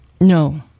No